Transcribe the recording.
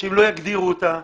שאם לא יגדירו אותה,